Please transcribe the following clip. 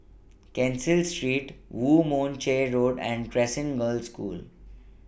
Cecil Street Woo Mon Chew Road and Crescent Girls' School